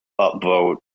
upvote